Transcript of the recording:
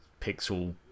pixel